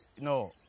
no